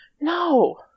No